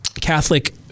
Catholic